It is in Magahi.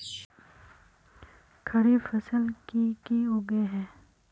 खरीफ फसल की की उगैहे?